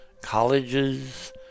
colleges